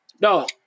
No